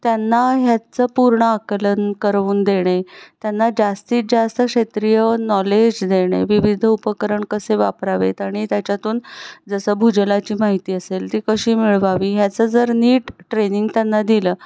त्यांना ह्याचं पूर्ण आकलन करून देणे त्यांना जास्तीत जास्त क्षेत्रीय नॉलेज देणे विविध उपकरण कसे वापरावेत आणि त्याच्यातून जसं भूजलाची माहिती असेल ती कशी मिळवावी ह्याचं जर नीट ट्रेनिंग त्यांना दिलं